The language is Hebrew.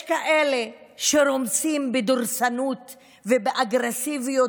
יש כאלה שרומסים בדורסנות ובאגרסיביות